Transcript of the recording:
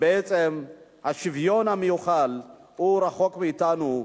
השוויון המיוחל רחוק מאתנו.